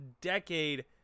decade